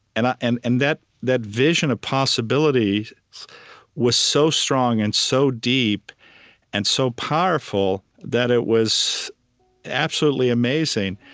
and um and and that that vision of possibility was so strong and so deep and so powerful that it was absolutely amazing.